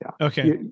Okay